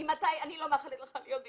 אני לא מאחלת לך להיות במקומי.